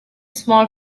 small